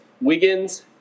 Wiggins